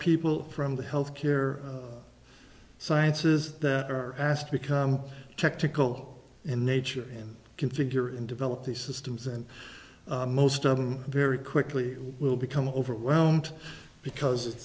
people from the health care sciences that are asked to become technical in nature and configure and develop these systems and most of them very quickly will become overwhelmed because it's